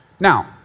Now